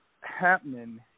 happening